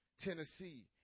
Tennessee